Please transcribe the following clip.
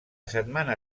setmana